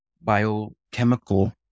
biochemical